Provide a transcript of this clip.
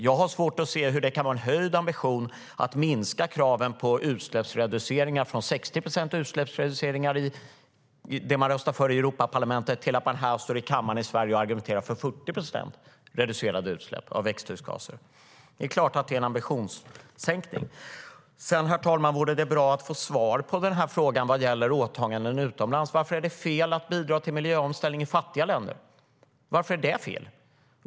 Jag har svårt att se hur det kan vara en höjd ambition att minska kraven på utsläppsreduceringar från 60 procent utsläppsreduceringar som man röstade för i Europaparlamentet till att man står här i Sverige i kammaren och argumenterar för 40 procent reducerade utsläpp av växthusgaser. Det är klart att det är en ambitionssänkning. Herr talman! Sedan vore det bra att få svar på frågan gällande åtaganden utomlands. Varför är det fel att bidra till miljöomställning i fattiga länder? Varför är det fel?